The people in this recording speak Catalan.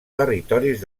territoris